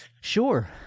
Sure